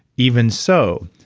even so,